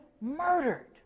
murdered